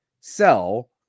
sell